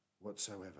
whatsoever